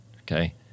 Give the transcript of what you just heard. Okay